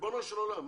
ריבונו של עולם.